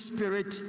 Spirit